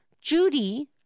Judy